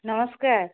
ନମସ୍କାର